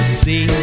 see